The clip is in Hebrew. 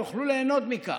יוכלו ליהנות מכך.